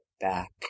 back